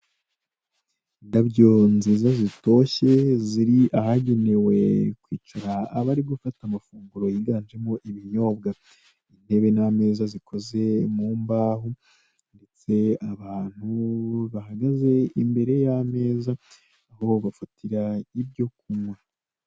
Indabyo nziza zitoshye ziri ahagenewe kwicara abari gufata amafunguro yiganjemo ibinyobwa. Intebe n'ameza zikoze mu mbaho, ndetse abantu bahagaze imbere y'ameza aho bafatira ibyo kunywa.